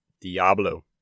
Diablo